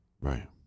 right